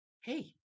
Hey